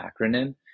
acronym